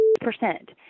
percent